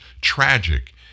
tragic